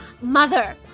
mother